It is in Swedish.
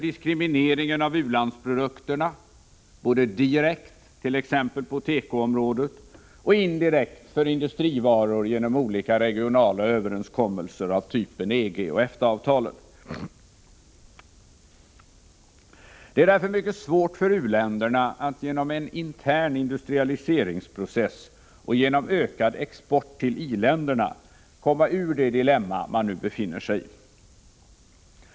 Diskrimineringen av u-landsprodukterna fortsätter samtidigt både direkt, t.ex. på tekoområdet, och indirekt för industrivaror genom olika regionala överenskommelser av typen EG och EFTA-avtalen. Det är därför mycket svårt för u-länderna att genom en intern industrialiseringsprocess och genom ökad export till i-länderna komma ur det dilemma man nu befinner sig i.